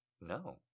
No